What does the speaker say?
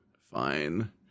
Fine